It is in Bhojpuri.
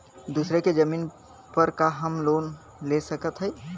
दूसरे के जमीन पर का हम लोन ले सकत हई?